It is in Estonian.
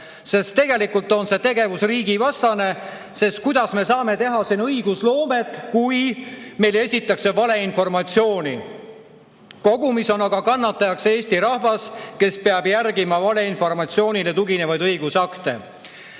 sest tegelikult on selline tegevus riigivastane. Kuidas me saame siin õigusloomet teha, kui meile esitatakse valeinformatsiooni? Kogumis on aga kannatajaks Eesti rahvas, kes peab järgima valeinformatsioonile tuginevaid õigusakte. Johtuvalt